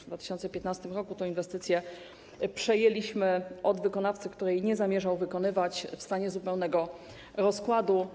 W 2015 r. tę inwestycję przejęliśmy od wykonawcy, który nie zamierzał jej wykonywać, w stanie zupełnego rozkładu.